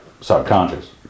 subconscious